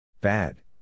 Bad